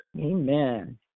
Amen